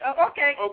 Okay